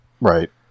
right